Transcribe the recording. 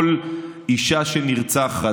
כל אישה שנרצחת,